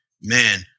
man